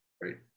Great